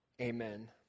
Amen